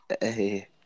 Hey